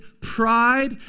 pride